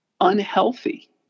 unhealthy